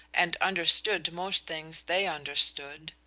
and understood most things they understood.